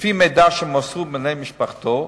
לפי מידע שמסרו בני משפחתו,